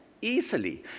Easily